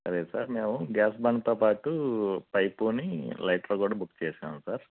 సరే సార్ మేము గ్యాస్ బండతోపాటు పైపుని లైటర్ కూడా బుక్ చేశాము సార్